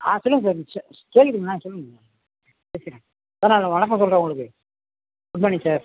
ஆ சொல்லுங்கள் சார் சொல்லுங்கள் பேசிக்றேன் சார் நான் வணக்கம் சொல்லுறேன் உங்களுக்கு குட் மார்னிங் சார்